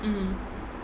mm